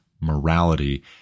morality